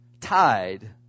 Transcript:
tied